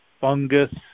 fungus